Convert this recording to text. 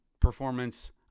performance